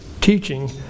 teaching